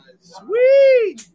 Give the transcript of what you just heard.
Sweet